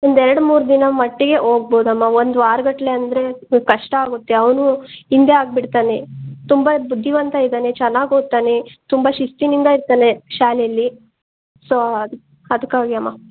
ಒಂದೆರಡ್ಮೂರು ದಿನ ಮಟ್ಟಿಗೆ ಹೋಗ್ಬೋದಮ್ಮ ಒಂದು ವಾರಗಟ್ಟಲೆ ಅಂದರೆ ಕಷ್ಟ ಆಗತ್ತೆ ಅವನು ಹಿಂದೆ ಆಗಿಬಿಡ್ತಾನೆ ತುಂಬ ಬುದ್ಧಿವಂತ ಇದ್ದಾನೆ ಚೆನ್ನಾಗಿ ಓದ್ತಾನೆ ತುಂಬ ಶಿಸ್ತಿನಿಂದ ಇರ್ತಾನೆ ಶಾಲೆಲಿ ಸೋ ಅದು ಅದ್ಕಾಗಿ ಅಮ್ಮ